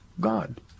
God